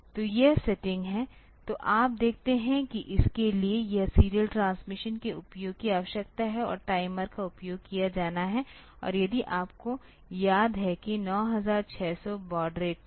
तो यह सेटिंग है तो आप देखते हैं कि इसके लिए इस सीरियल ट्रांसमिशन के उपयोग की आवश्यकता है और टाइमर का उपयोग किया जाना है और यदि आपको याद है कि 9600 बॉड दर में